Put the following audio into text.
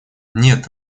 нет